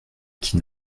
qui